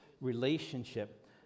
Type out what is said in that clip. relationship